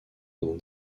dans